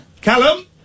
Callum